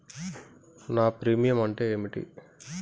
నా ప్రీమియం అంటే ఏమిటి?